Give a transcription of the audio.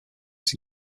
his